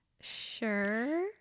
sure